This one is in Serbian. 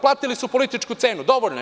Platili su političku cenu, dovoljno je.